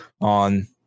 on